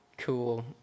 Cool